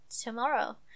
tomorrow